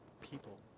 people